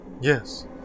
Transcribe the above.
Yes